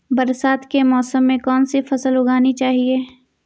बरसात के मौसम में कौन सी फसल उगानी चाहिए?